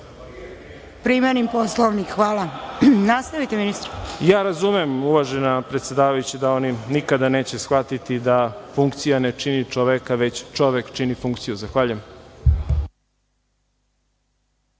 primenim Poslovnik. Hvala. Nastavite ministre. **Đorđe Milićević** Razumem, uvažena predsedavajuća, da oni nikada neće shvatiti da funkcija ne čini čoveka, već čovek čini funkciju. Zahvaljujem.